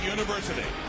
University